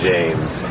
James